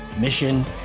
Mission